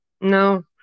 No